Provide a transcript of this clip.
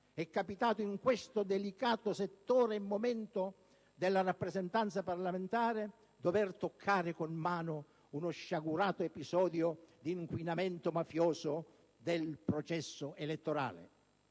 - ripeto - in questo delicato settore e momento della rappresentanza parlamentare, di toccare con mano uno sciagurato episodio d'inquinamento mafioso del processo elettorale.